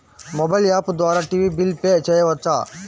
Mobile app ద్వారా TV bill pay చేయవచ్చా?